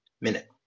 minute